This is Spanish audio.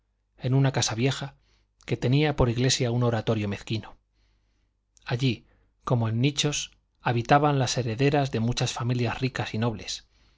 en una casa vieja que tenía por iglesia un oratorio mezquino allí como en nichos habitaban las herederas de muchas familias ricas y nobles